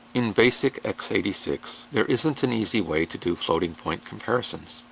in basic x eight six, there isn't an easy way to do floating point comparisons.